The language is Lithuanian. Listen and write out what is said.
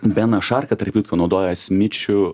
benas šarka tarp kitko naudoja smičių